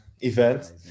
event